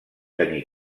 tenir